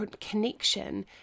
connection